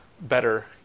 better